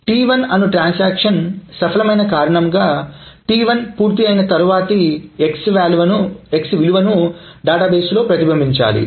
T1 అను transaction సఫలమైన కారణంగా T1 పూర్తి అయిన తరువాతి x విలువ డేటాబేస్ లో ప్రతిబింబించాలి